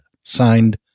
Signed